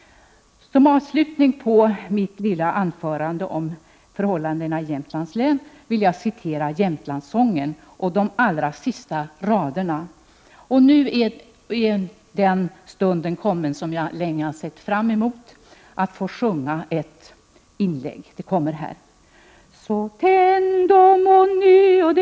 Som avslutning på mitt lilla anförande om förhållandena i Jämtlands län vill jag citera Jämtlandssången, de allra sista raderna. Och nu är den stunden kommen som jag länge har sett fram mot, nämligen att jag får sjunga ett inlägg: ”Så tändom ånyo det hopp som våra fäder närt Prot.